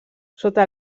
sota